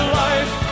life